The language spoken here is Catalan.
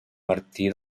martí